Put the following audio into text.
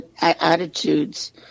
attitudes